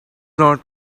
not